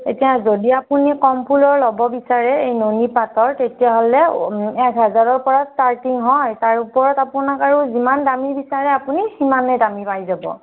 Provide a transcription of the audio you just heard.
এতিয়া যদি আপুনি কম ফুলৰ ল'ব বিচাৰে এই নুনি পাটৰ তেতিয়াহ'লে এক হাজাৰৰ পৰা ষ্টাৰ্টিং হয় তাৰ ওপৰত আপোনাক আৰু যিমান দামী বিচাৰে আপুনি সিমানে দামী পায় যাব